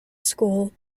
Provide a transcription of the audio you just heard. school